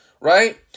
right